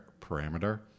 parameter